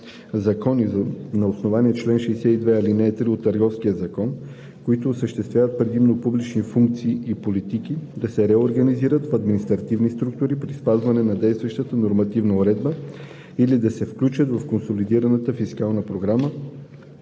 закони, на основание чл. 62, ал. 3 от Търговския закон, които осъществяват предимно публични функции и политики, да се реорганизират в административни структури при спазване на действащата нормативна уредба или да се включат в консолидираната фискална програма